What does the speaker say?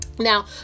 Now